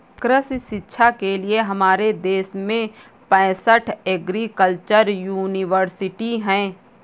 कृषि शिक्षा के लिए हमारे देश में पैसठ एग्रीकल्चर यूनिवर्सिटी हैं